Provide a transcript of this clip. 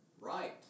right